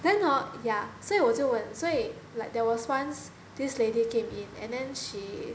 then hor yeah 所以我就 like 所以 like there was once this lady came in and then she